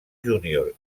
júnior